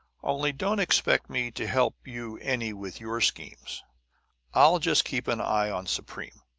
only, don't expect me to help you any with your schemes i'll just keep an eye on supreme,